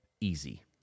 easy